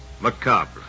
macabre